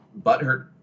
butthurt